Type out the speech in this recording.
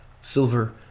silver